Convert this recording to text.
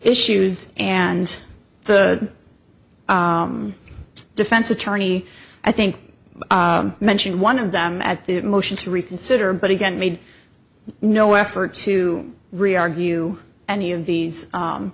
issues and the defense attorney i think mentioned one of them at the motion to reconsider but again made no effort to re argue any of these